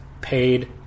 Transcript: paid